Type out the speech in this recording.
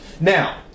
Now